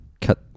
cut